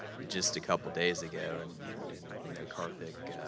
just a couple days ago, and you know, karthik,